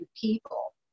people